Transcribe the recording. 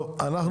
טוב,